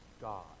God